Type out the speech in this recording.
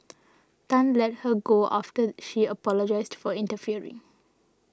Tan let her go after she apologised for interfering